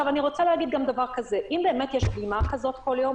אני רוצה גם להגיד דבר כזה: אם באמת יש דגימה כזו כל יום,